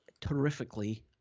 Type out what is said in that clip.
terrifically